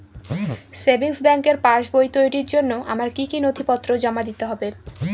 Savings ব্যাংকের পাসবই তৈরির জন্য আমার কি কি নথিপত্র জমা দিতে হবে?